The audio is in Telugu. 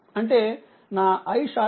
అంటే నా iSC IN 3 ఆంపియర్